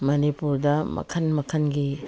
ꯃꯅꯤꯄꯨꯔꯗ ꯃꯈꯟ ꯃꯈꯟꯒꯤ